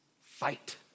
Fight